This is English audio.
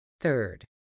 Third